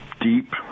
deep